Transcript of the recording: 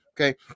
okay